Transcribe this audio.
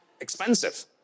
expensive